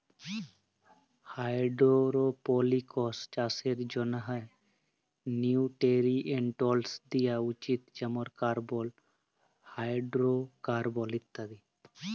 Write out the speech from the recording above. hydroponics চাষের জ্যনহে nutrients দিয়া উচিত যেমল কার্বল, হাইডোরোকার্বল ইত্যাদি